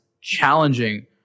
challenging